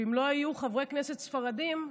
ואם לא יהיו חברי כנסת ספרדים,